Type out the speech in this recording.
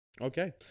okay